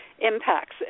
impacts